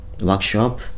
workshop